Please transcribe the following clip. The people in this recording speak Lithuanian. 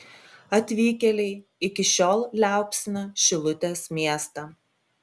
atvykėliai iki šiol liaupsina šilutės miestą